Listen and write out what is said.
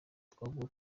twavuga